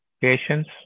patience